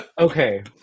Okay